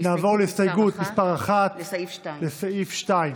סמי אבו שחאדה,